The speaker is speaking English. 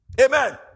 Amen